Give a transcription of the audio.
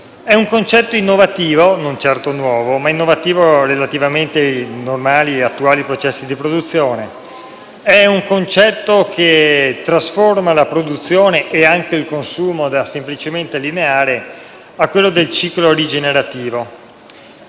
È un concetto non certo nuovo, ma innovativo relativamente ai normali e attuali processi di produzione. È un concetto che trasforma la produzione e anche il consumo da semplicemente lineare a ciclo rigenerativo;